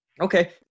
okay